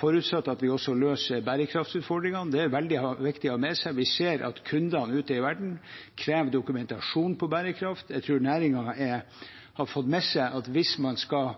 forutsatt at vi også løser bærekraftutfordringene. Det er veldig viktig å ha med seg. Vi ser at kundene ute i verden krever dokumentasjon på bærekraft. Jeg tror næringen har fått med seg at hvis man skal